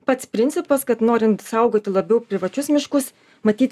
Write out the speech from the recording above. pats principas kad norint saugoti labiau privačius miškus matyt